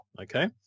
okay